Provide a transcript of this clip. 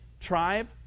tribe